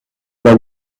dal